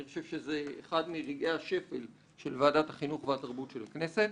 אני חושב שזה אחד מרגעי השפל של ועדת החינוך והתרבות של הכנסת.